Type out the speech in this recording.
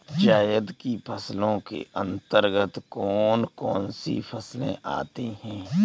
जायद की फसलों के अंतर्गत कौन कौन सी फसलें आती हैं?